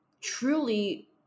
truly